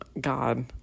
God